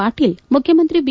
ಪಾಣೀಲ್ ಮುಖ್ಯಮಂತ್ರಿ ಣ